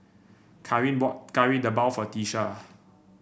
kareen bought Kari Debal for Tiesha